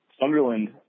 Sunderland